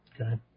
Okay